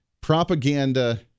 propaganda